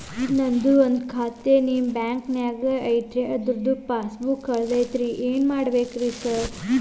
ನಂದು ಒಂದು ಖಾತೆ ನಿಮ್ಮ ಬ್ಯಾಂಕಿನಾಗ್ ಐತಿ ಅದ್ರದು ಪಾಸ್ ಬುಕ್ ಕಳೆದೈತ್ರಿ ಇನ್ನೊಂದ್ ಪಾಸ್ ಬುಕ್ ಕೂಡ್ತೇರಾ ಸರ್?